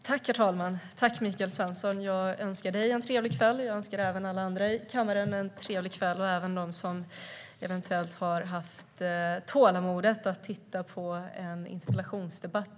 Herr talman! Jag tackar Michael Svensson för det. Jag önskar dig och alla andra i kammaren en trevlig kväll. Det gäller även dem som har haft tålamod att titta på denna interpellationsdebatt.